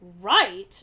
Right